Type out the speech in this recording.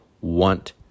want